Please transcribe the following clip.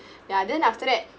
ya then after that